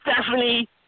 Stephanie